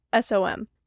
SOM